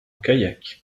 kayak